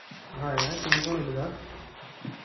हय हय तुमी कोण उलयता